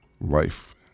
Life